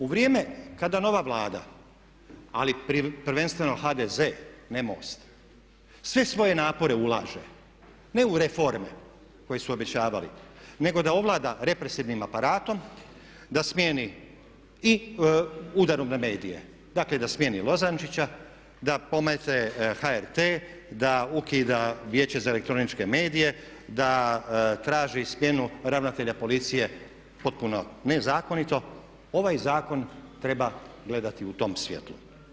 U vrijeme kada nova Vlada ali prvenstveno HDZ, ne MOST, sve svoje napore ulaže ne u reforme koje su obećavali nego da ovlada represivnim aparatom i udarom na medije, dakle da smjeni Lozančića, da pomete HRT, da ukida Vijeće za elektroničke medije, da traži smjenu ravnatelja policije potpuno nezakonito ovaj zakon treba gledati u tom svjetlu.